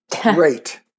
Great